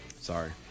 sorry